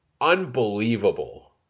unbelievable